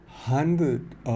Hundred